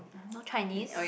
uh no Chinese